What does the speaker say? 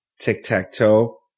Tic-Tac-Toe